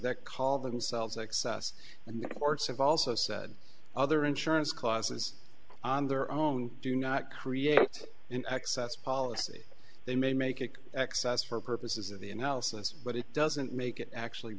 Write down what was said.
that call themselves excess and the courts have also said other insurance clauses on their own do not create in excess policy they may make it excess for purposes of the analysis but it doesn't make it actually